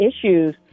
issues